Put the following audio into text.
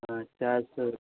हाँ चार सौ